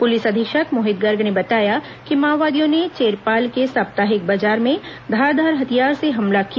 police अधीक्षक मोहित गर्ग ने बताया कि माओवादियों ने चेरपाल के साप्ताहिक बाजार में धारदार हथियार से हमला किया